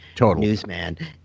newsman